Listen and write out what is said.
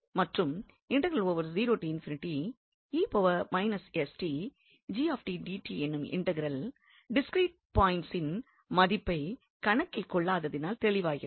மற்றும் என்னும் integral discrete பாயிண்ட்ஸின் மதிப்பை கணக்கில் கொள்ளாததினால் தெளிவாகிறது